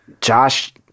Josh